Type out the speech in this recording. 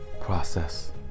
process